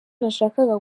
nashakaga